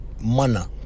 Mana